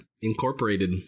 incorporated